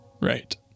right